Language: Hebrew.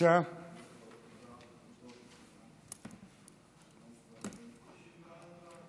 ההצעה להעביר את הנושא לוועדה שתקבע ועדת הכנסת נתקבלה.